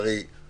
החדש (הוראת שעה) (הגבלת פעילתו והוראות נוספות)